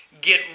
get